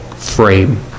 frame